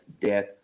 death